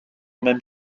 même